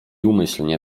umyślnie